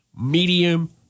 Medium